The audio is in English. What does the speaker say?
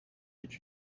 did